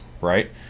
right